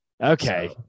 Okay